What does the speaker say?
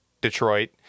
Detroit